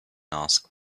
asked